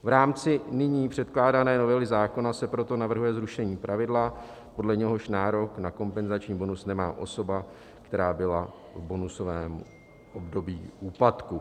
V rámci nyní předkládané novely zákona se proto navrhuje zrušení pravidla, podle něhož nárok na kompenzační bonus nemá osoba, která byla v bonusovém období v úpadku.